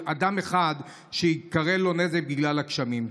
של אדם אחד שיקרה לו נזק בגלל הגשמים.